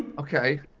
okay.